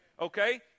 Okay